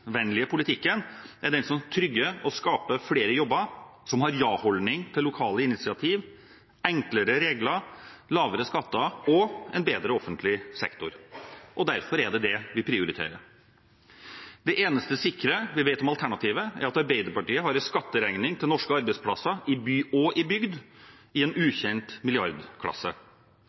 distriktsvennlige politikken er den som trygger og skaper flere jobber, som har en ja-holdning til lokale initiativ, enklere regler, lavere skatter og en bedre offentlig sektor. Derfor er det det vi prioriterer. Det eneste sikre vi vet om alternativet, er at Arbeiderpartiet har en skatteregning til norske arbeidsplasser – i by og i bygd – i en ukjent milliardklasse.